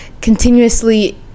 continuously